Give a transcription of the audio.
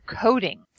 coding